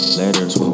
letters